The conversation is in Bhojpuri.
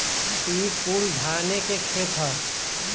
ई कुल धाने के खेत ह